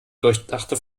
durchdachte